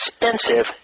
expensive